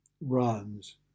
runs